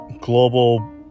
global